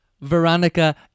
veronica